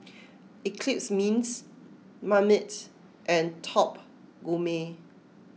Eclipse Mints Marmite and Top Gourmet